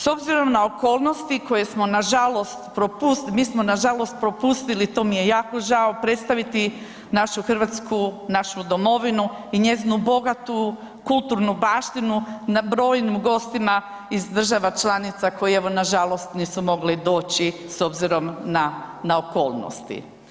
S obzirom na okolnosti koje smo nažalost, mi smo nažalost propustili to mi je jako žao, predstaviti našu Hrvatsku, našu domovinu i njezinu bogatu kulturnu baštinu brojnim gostima iz država članica koji evo nažalost nisu mogli doći s obzirom na okolnosti.